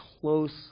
close